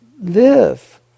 live